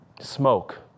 smoke